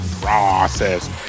Process